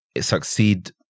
Succeed